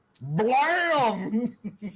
Blam